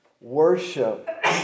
Worship